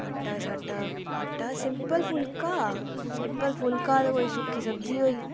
आटा शाटा आटा सिम्पल फुल्का ते कोई सुक्की सब्जी होई